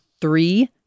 three